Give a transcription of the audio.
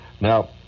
Now